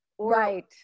Right